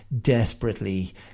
desperately